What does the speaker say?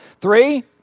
Three